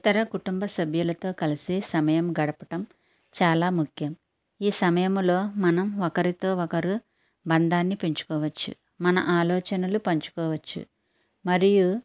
ఇతర కుటుంబ సభ్యులతో కలిసి సమయం గడపటం చాల ముఖ్యం ఈ సమయంలో మనం ఒకరితో ఒకరు బంధాన్ని పెంచుకోవచ్చు మన ఆలోచనలు పంచుకోవచ్చు మరియు